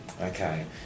Okay